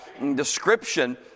description